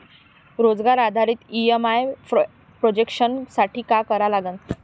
रोजगार आधारित EMI projection साठी का करा लागन?